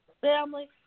family